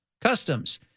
customs